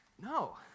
No